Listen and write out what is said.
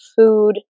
food